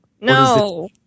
No